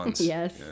Yes